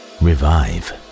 revive